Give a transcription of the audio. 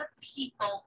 people